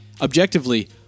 objectively